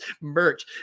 merch